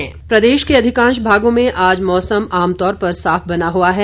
मौसम प्रदेश के अधिकांश भागों में आज मौसम आमतौर पर साफ बना हुआ है